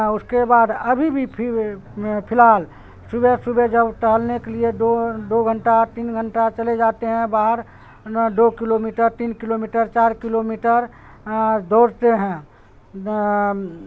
ہاں اس کے بعد ابھی بھی فی الحال صبح صبح جب ٹہلنے کے لیے دو دو گھنٹہ تین گھنٹہ چلے جاتے ہیں باہر نا دو کلو میٹر تین کلو میٹر چار کلو میٹر ڈوڑتے ہیں